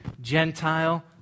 Gentile